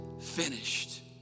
finished